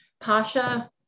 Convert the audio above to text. Pasha